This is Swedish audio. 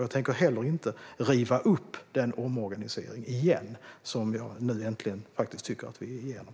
Jag tänker inte heller riva upp den omorganisering som vi nu äntligen tycker att vi är igenom.